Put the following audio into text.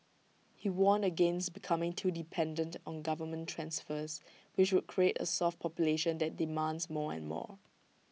he warned against becoming too dependent on government transfers which would create A soft population that demands more and more